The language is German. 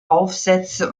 aufsätze